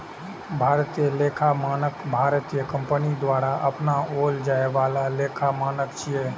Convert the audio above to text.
भारतीय लेखा मानक भारतीय कंपनी द्वारा अपनाओल जाए बला लेखा मानक छियै